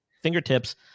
fingertips